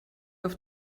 auf